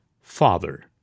FATHER